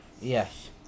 Yes